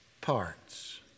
parts